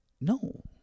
no